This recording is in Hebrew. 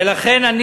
ולכן,